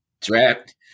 Draft